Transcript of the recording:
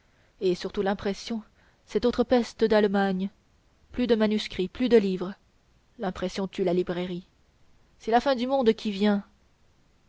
et surtout l'impression cette autre peste d'allemagne plus de manuscrits plus de livres l'impression tue la librairie c'est la fin du monde qui vient